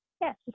Yes